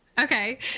okay